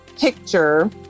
picture